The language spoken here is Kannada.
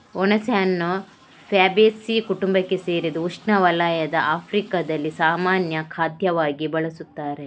ಹುಣಸೆಹಣ್ಣು ಫ್ಯಾಬೇಸೀ ಕುಟುಂಬಕ್ಕೆ ಸೇರಿದ್ದು ಉಷ್ಣವಲಯದ ಆಫ್ರಿಕಾದಲ್ಲಿ ಸಾಮಾನ್ಯ ಖಾದ್ಯವಾಗಿ ಬಳಸುತ್ತಾರೆ